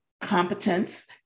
competence